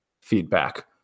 feedback